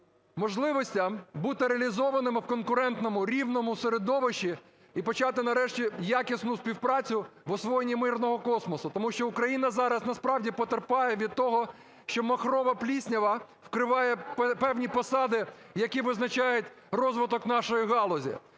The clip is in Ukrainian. можливостям бути реалізованими у конкурентному, рівному середовищі і почати нарешті якісну співпрацю в освоєнні мирного космосу, тому що Україна зараз насправді потерпає від того, що махрова пліснява вкриває певні посади, які визначають розвиток нашої галузі.